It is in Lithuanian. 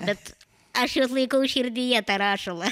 bet aš juos laikau širdyje tą rašalą